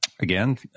again